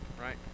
right